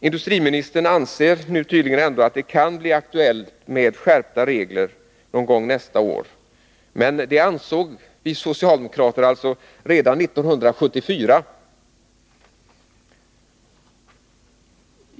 Industriministern anser tydligen att det kan bli aktuellt med skärpta regler någon gång nästa år. Men det ansåg vi socialdemokrater alltså redan 1974.